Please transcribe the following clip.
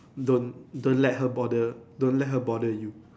don't don't let her bother don't let her bother you